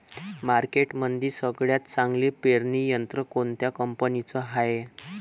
मार्केटमंदी सगळ्यात चांगलं पेरणी यंत्र कोनत्या कंपनीचं हाये?